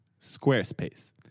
Squarespace